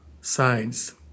sides